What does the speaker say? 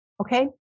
Okay